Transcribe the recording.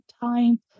time